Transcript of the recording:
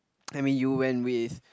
I mean you went with